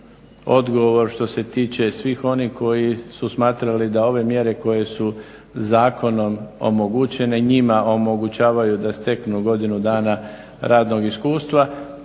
odgovor što se tiče svih onih koji su smatrali da ove mjere koje su zakonom omogućene njima omogućavaju da steknu godinu dana radnog iskustva.